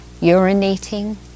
urinating